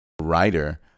writer